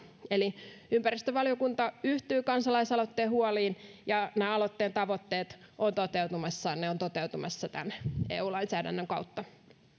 eli ympäristövaliokunta yhtyy kansalaisaloitteen huoliin ja nämä aloitteen tavoitteet ovat toteutumassa ne ovat toteutumassa tämän eu lainsäädännön kautta